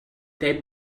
they